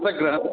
गृहम्